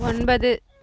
ஒன்பது